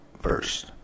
first